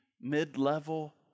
mid-level